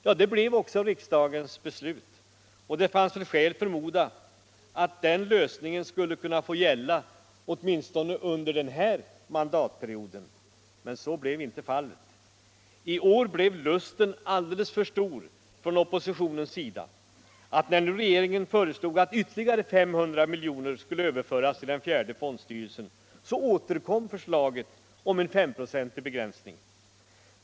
Ja, det blev också riksdagens beslut, och det fanns väl skäl förmoda att den lösningen skulle kunna få gälla åtminstone under den här mandatperioden. Men så blev inte fallet. I år blev frestelsen alltför stor för oppositionen, och när nu regeringen föreslog att ytterligare 500 miljoner skulle överföras till den fjärde fondstyrelsen återkom förslaget om en S5-procentig begränsning.